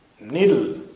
needle